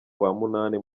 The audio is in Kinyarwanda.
munani